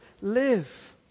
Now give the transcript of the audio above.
live